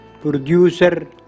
producer